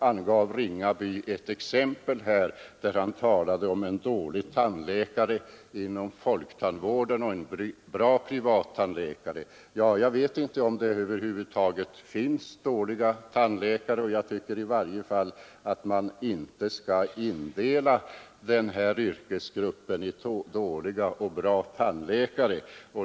Herr Ringaby talade i sitt exempel om en dålig tandläkare inom folktandvården och en bra privattandläkare. Jag vet inte om det över huvud taget finns dåliga tandläkare. Jag tycker i varje fall inte att man skall dela in denna yrkesgrupp i dåliga och bra tandläkare.